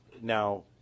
now